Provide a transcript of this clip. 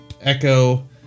Echo